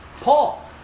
Paul